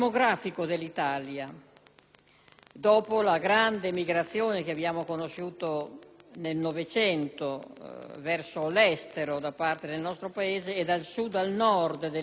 dopo la grande migrazione conosciuta nel Novecento verso l'estero da parte del nostro Paese e dal Sud al Nord negli anni Cinquanta.